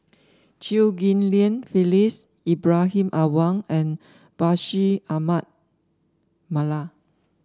Chew Ghim Lian Phyllis Ibrahim Awang and Bashir Ahmad Mallal